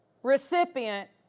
recipient